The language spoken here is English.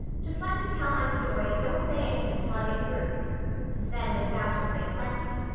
just let me tell my story and don't say anything till i get through and then no doubt you'll say plenty,